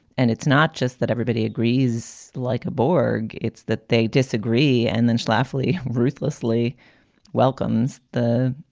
and it's not just that everybody agrees. like a borg, it's that they disagree. and then schlafly ruthlessly welcomes the